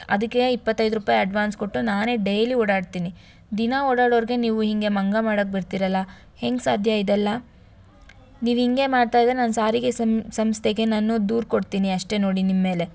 ಅದಕ್ಕೆ ಇಪ್ಪತ್ತದು ರೂಪಾಯಿ ಅಡ್ವಾನ್ಸ್ ಕೊಟ್ಟು ನಾನೇ ಡೈಲಿ ಓಡಾಡ್ತೀನಿ ದಿನಾ ಓಡಾಡೋರಿಗೆ ನೀವು ಹೀಗೆ ಮಂಗ ಮಾಡಕೆ ಬರ್ತೀರಲ್ಲ ಹೆಂಗೆ ಸಾಧ್ಯ ಇದೆಲ್ಲ ನೀವ್ ಇಂಗೆ ಮಾಡ್ತಾ ಇದ್ರೆ ನಾನ್ ಸಾರಿಗೆ ಸಂಸ್ಥೆಗೆ ನಾನು ದೂರು ಕೊಡ್ತೀನಿ ಅಷ್ಟೇ ನೋಡಿ ನಿಮ್ಮ ಮೇಲೆ